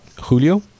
Julio